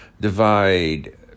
divide